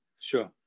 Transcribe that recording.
sure